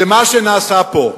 זה מה שנעשה פה.